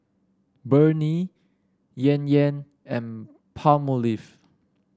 Burnie Yan Yan and Palmolive